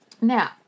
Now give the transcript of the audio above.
Now